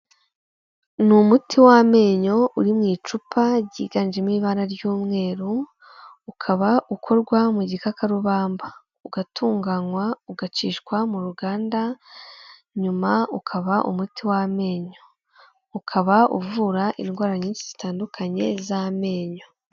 Ni umuti w'amenyo uri mu icupa ryiganjemo ibara ry'umweru, ukaba ukorwa mu gikakarubamba. Ugatunganywa ugacishwa mu ruganda, nyuma ukaba umuti w'amenyo, ukaba uvura indwara nyinshi zitandukanye z'amenyo.